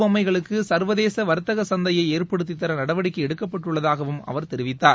பொம்மைகளுக்குசா்வதேசவா்த்தகசந்தையைஏற்படுத்தித்தரநடவடிக்கைஎடுக்கப்பட்டுள்ளதாகவும் உள்ளுள் அவர் தெரிவித்தார்